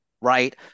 right